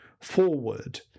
forward